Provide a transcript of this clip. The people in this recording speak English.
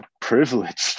privileged